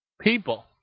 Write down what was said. people